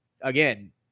again